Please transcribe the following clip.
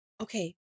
okay